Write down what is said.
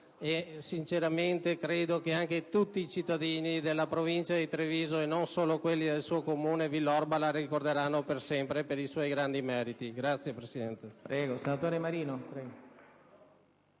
e sinceramente credo che tutti i cittadini della Provincia di Treviso, e non solo quelli del suo Comune, Villorba, la ricorderanno per sempre per i suoi grandi meriti. *(Applausi